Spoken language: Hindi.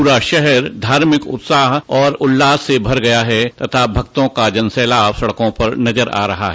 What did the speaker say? पूरा शहर धार्मिक उत्साह और उल्लास से भर गया है तथा भक्तों का जनसैलाब सड़कों पर नजर आ रहा है